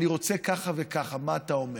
אני רוצה ככה וככה, מה אתה אומר?